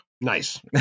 Nice